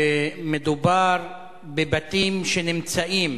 מדובר בבתים שנמצאים